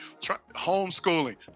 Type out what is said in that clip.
Homeschooling